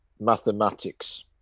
mathematics